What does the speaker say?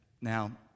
Now